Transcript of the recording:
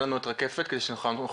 תודה